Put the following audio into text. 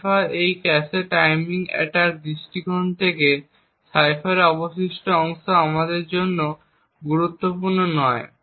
cipher তাই এই cache timing attack দৃষ্টিকোণ থেকে সাইফারের অবশিষ্ট অংশ আমাদের জন্য খুব গুরুত্বপূর্ণ নয়